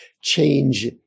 change